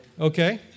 Okay